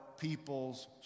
people's